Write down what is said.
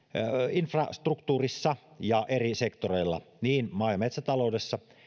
infrastruktuurissa ja eri sektoreilla niin maa ja metsätaloudessa